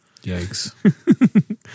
yikes